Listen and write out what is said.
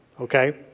okay